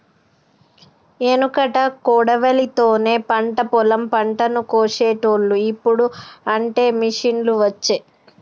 ఎనుకట కొడవలి తోనే పంట పొలం పంటను కోశేటోళ్లు, ఇప్పుడు అంటే మిషిండ్లు వచ్చే